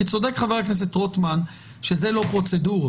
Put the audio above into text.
כי צודק ח"כ רוטמן שזה לא פרוצדורות.